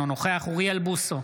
אינו נוכח אוריאל בוסו,